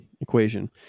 equation